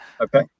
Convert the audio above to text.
Okay